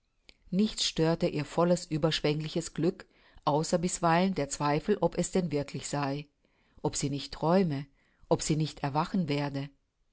nichts störte ihr volles überschwängliches glück außer bisweilen der zweifel ob es denn wirklich sei ob sie nicht träume ob sie nicht erwachen werde